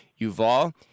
Yuval